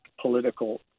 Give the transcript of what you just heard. political